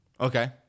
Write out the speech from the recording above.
Okay